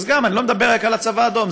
לא מדובר רק על הצבא האדום,